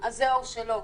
אז זהו, שלא.